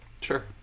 Sure